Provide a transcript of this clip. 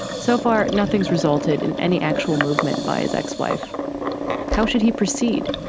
so far, nothing's resulted in any actual movement by his ex-wife. how should he proceed?